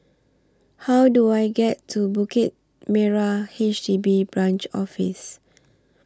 How Do I get to Bukit Merah H D B Branch Office